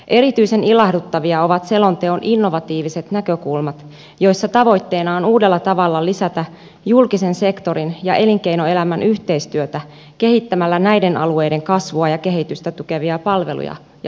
erityisen ilahduttavia ovat selonteon innovatiiviset näkökulmat joissa tavoitteena on uudella tavalla lisätä julkisen sektorin ja elinkeinoelämän yhteistyötä kehittämällä näiden alueiden kasvua ja kehitystä tukevia palveluja ja liiketoimintaa